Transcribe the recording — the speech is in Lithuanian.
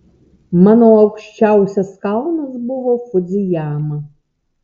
mano aukščiausias kalnas buvo fudzijama